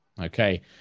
Okay